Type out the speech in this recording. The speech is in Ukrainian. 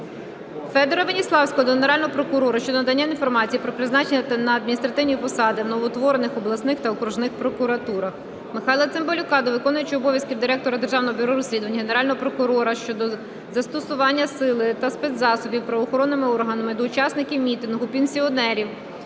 Федора Веніславського до Генерального прокурора щодо надання інформації про призначення на адміністративні посади в новоутворених обласних та окружних прокуратурах. Михайла Цимбалюка до виконувача обов'язків директора Державного бюро розслідувань, Генерального прокурора щодо застосування сили та спецзасобів правоохоронними органами до учасників мітингу пенсіонерів